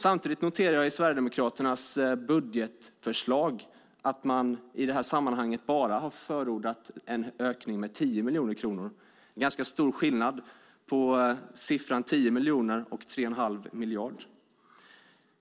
Samtidigt noterar jag i Sverigedemokraternas budgetförslag att man i det här sammanhanget har förordat en ökning med bara 10 miljoner kronor. Det är ganska stor skillnad mellan siffran 10 miljoner och 3 1⁄2 miljard.